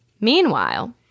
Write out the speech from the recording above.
Meanwhile